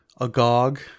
agog